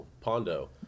Pondo